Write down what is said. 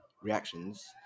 reactions